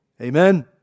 Amen